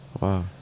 Wow